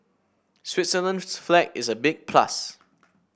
Switzerland's flag is a big plus